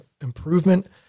improvement